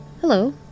Hello